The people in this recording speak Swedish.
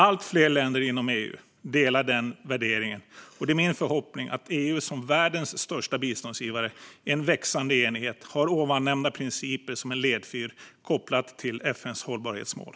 Allt fler länder inom EU delar denna värdering, och det är min förhoppning att EU som världens största biståndsgivare i växande enighet har ovannämnda principer som en ledfyr kopplad till FN:s hållbarhetsmål.